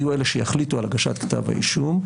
יהיו אלה שיחליטו על הגשת כתב האישום,